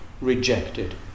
rejected